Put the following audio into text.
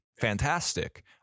fantastic